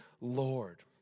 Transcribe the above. Lord